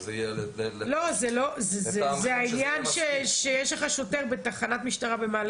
זה העניין שיש לך שוטר בתחנת משטרה במעלה